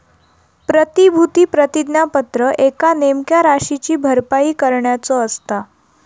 प्रतिभूती प्रतिज्ञापत्र एका नेमक्या राशीची भरपाई करण्याचो असता